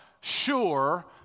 sure